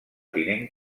tinent